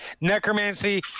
necromancy